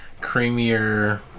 creamier